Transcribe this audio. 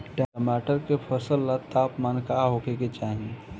टमाटर के फसल ला तापमान का होखे के चाही?